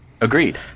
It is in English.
Agreed